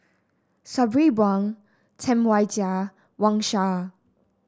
Sabri Buang Tam Wai Jia Wang Sha